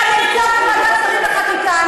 זה נמצא בוועדת שרים לחקיקה.